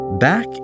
Back